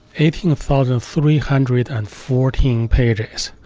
eighteen thousand three hundred and fourteen pages.